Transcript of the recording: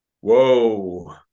whoa